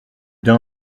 d’un